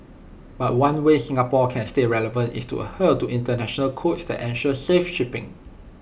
but one way Singapore can stay relevant is to adhere to International codes that ensure safe shipping